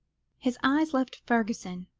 his eyes left fergusson,